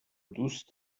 دوست